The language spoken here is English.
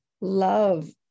love